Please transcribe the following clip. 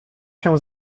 się